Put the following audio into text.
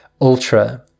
Ultra